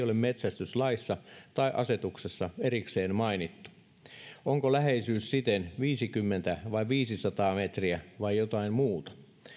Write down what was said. ole metsästyslaissa tai asetuksessa erikseen mainittu onko läheisyys siten viisikymmentä vai viisisataa metriä vai jotain muuta